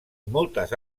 moltes